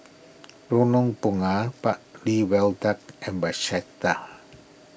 Lorong Bunga Bartley Viaduct and